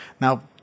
Now